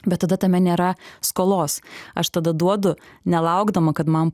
bet tada tame nėra skolos aš tada duodu nelaukdama kad man